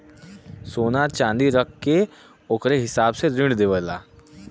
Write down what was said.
सोना च्नादी रख के ओकरे हिसाब से ऋण देवेला